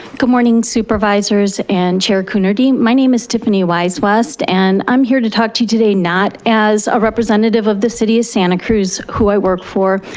good morning supervisors and chair coonerty. my name is tiffany wise-west and i'm here to talk to you today not as a representative of the city of santa cruz, who i work for,